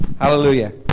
Hallelujah